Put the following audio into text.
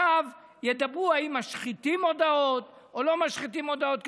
שעכשיו ידברו אם משחיתים מודעות או לא משחיתים מודעות.